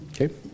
Okay